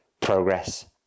progress